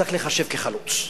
הוא צריך להיחשב חלוץ.